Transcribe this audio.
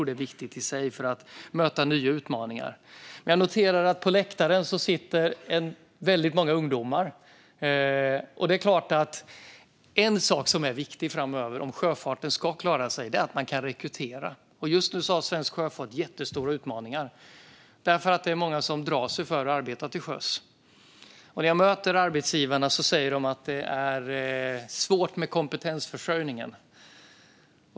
Det är viktigt i sig för att möta nya utmaningar. En sak är viktig framöver om sjöfarten ska klara sig. Det är att man kan rekrytera, och just nu har svensk sjöfart jättestora utmaningar. Många drar sig nämligen för att arbeta till sjöss. När jag möter arbetsgivarna säger de att det är svårt med kompetensförsörjningen.